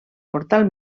portal